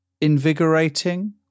invigorating